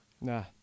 Nah